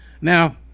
Now